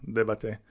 debate